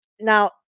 Now